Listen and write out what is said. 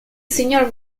signor